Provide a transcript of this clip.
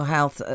Health